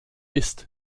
ist